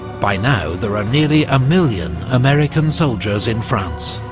by now there are nearly a million american soldiers in france,